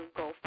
go